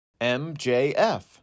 MJF